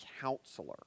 counselor